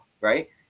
Right